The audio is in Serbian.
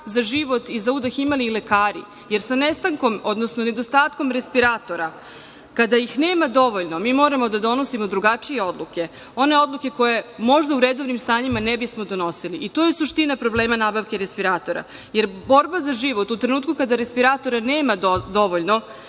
za život i za udah imali lekari, jer sa nestankom, odnosno nedostatkom respiratora, kada ih nema dovoljno mi moramo da donosimo drugačije odluke, one odluke koje možda u redovnim stanjima ne bismo donosili i to je suština problema nabavke respiratora, jer borba za život u trenutku kada respiratora nema dovoljno,